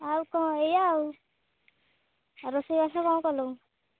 ଆଉ କ'ଣ ଏଇଆ ଆଉ ରୋଷେଇବାସ କ'ଣ କଲୁ